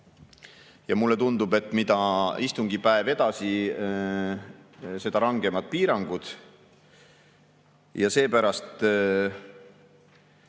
Ja mulle tundub, et mida istungipäev edasi, seda rangemad piirangud. Seepärast